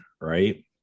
right